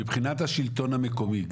מבחינת השלטון המקומי,